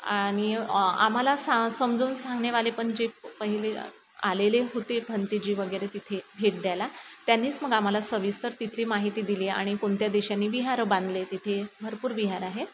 आणि आम्हाला सां समजवून सांगनेवाले पण जे पहिले आलेले होते भंतेजी वगैरे तिथे भेट द्यायला त्यांनीच मग आम्हाला सविस्तर तिथली माहिती दिली आणि कोणत्या देशाने विहार बांधले तिथे भरपूर विहार आहे